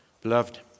beloved